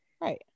Right